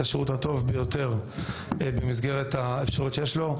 השירות הטוב ביותר במסגרת האפשרויות שיש לו.